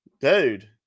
Dude